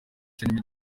ndetse